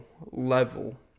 level